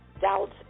doubts